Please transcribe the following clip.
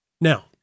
Now